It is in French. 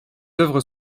œuvres